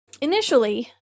initially